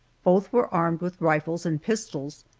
both were armed with rifles and pistols,